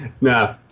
No